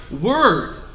word